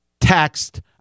text